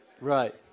right